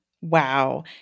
Wow